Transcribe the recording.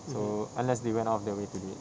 so unless they went out of their way today